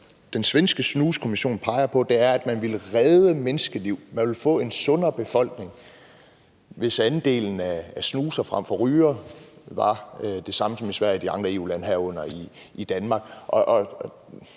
den svenske snuskommission peger på, er, at man ville redde menneskeliv, og man ville få en sundere befolkning, hvis andelen af snusere frem for rygere var den samme som i Sverige i de andre EU-lande, herunder i Danmark.